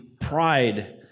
pride